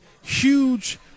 huge